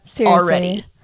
already